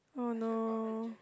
oh no